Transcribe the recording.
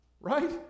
Right